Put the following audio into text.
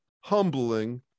humbling